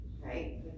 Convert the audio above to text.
right